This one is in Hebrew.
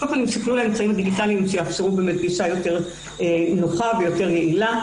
שכלול האמצעים הדיגיטליים יאפשר גישה יותר נוחה ויותר יעילה.